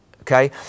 okay